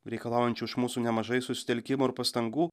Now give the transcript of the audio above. reikalaujančių iš mūsų nemažai susitelkimo ir pastangų